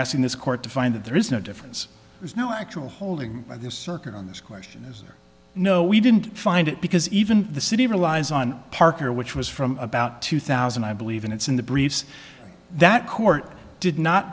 asking this court to find that there is no difference there's no actual holding this circuit on this question is there no we didn't find it because even the city relies on parker which was from about two thousand i believe and it's in the briefs that court did not